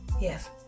Yes